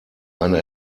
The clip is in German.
eine